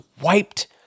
wiped